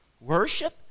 worship